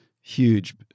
huge